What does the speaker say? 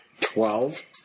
Twelve